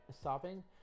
stopping